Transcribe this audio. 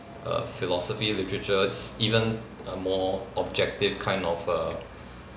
err philosophy literatures even a more objective kind of err